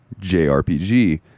jrpg